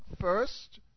first